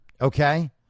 Okay